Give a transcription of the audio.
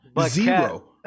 Zero